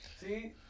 See